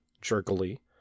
jerkily